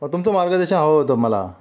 तुमचं मार्गदर्शन हवं होतं मला